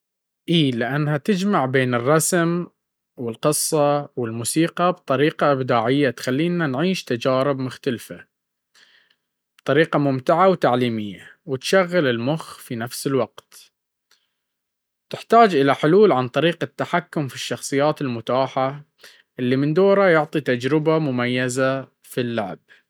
أي، لأنها تجمع بين الرسم، القصة، والموسيقى بطريقة إبداعية تخلينا نعيش تجارب مختلفة بطريقة ممتعة وتعليمية, وتشغل المخ في نفس الوقت وتحتاج الى حلول عن طريق التجكم في الشخصيات المتاحة اللي من دوره يعطي تجربة مميزة في اللعب.